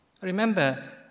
Remember